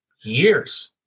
years